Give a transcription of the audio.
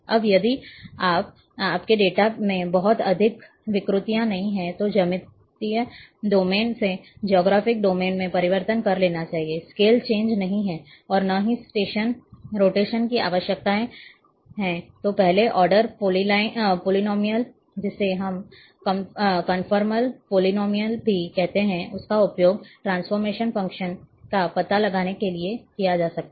अब यदि आपके डेटा में बहुत अधिक विकृतियां नहीं हैं तो ज्योमेट्रिक डोमेन से ज्योग्राफिक डोमेन में परिवर्तन कर लेना चाहिए स्केल चेंज नहीं है और न ही रोटेशन की आवश्यकता है तो पहले ऑर्डर पॉलीनोमियल जिसे हम कंफर्मल पॉलिनोमियल भी कहते हैं उसका उपयोग ट्रांसफॉर्मेशन फंक्शन का पता लगाने के लिए किया जा सकता है